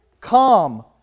Come